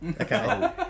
okay